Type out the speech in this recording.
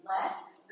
less